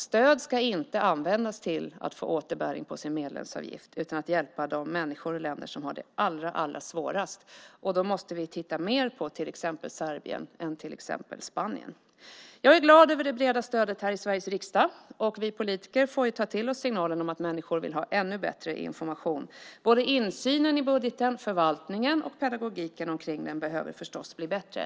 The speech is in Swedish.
Stöd ska inte användas till att få återbäring på medlemsavgiften, utan stöd ska användas till att hjälpa de människor och länder som har det allra svårast. Då måste vi titta mer exempelvis på Serbien än exempelvis på Spanien. Jag är alltså glad över det breda stödet här i Sveriges riksdag. Vi politiker får ta till oss signalen att människor vill ha ännu bättre information. Insynen i budgeten och förvaltningen och också pedagogiken där behöver förstås bli bättre.